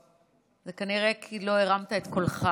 כנראה, כי לא הרמתי את הקול.